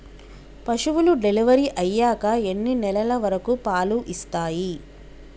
పశువులు డెలివరీ అయ్యాక ఎన్ని నెలల వరకు పాలు ఇస్తాయి?